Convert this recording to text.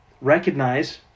recognize